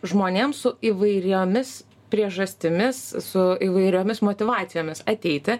žmonėms su įvairiomis priežastimis su įvairiomis motyvacijomis ateiti